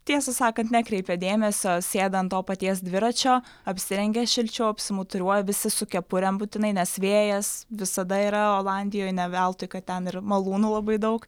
tiesą sakant nekreipia dėmesio sėda ant to paties dviračio apsirengia šilčiau apsimuturiuoja visi su kepurėm būtinai nes vėjas visada yra olandijoj ne veltui kad ten ir malūnų labai daug